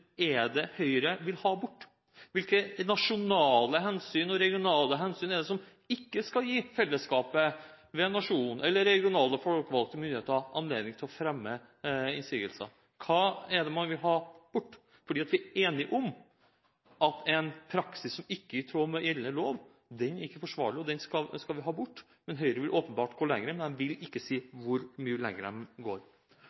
er det Høyre vil ha bort? Hvilke nasjonale og regionale hensyn er det som ikke skal gi fellesskapet, ved nasjonen eller regionale forvaltningsmyndigheter, anledning til å fremme innsigelser? Hva er det man vil ha bort? For vi er enige om at en praksis som ikke er i tråd med gjeldende lov, ikke er forsvarlig, og at den skal vi ha bort. Høyre vil åpenbart gå lenger, men de vil ikke si